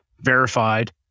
verified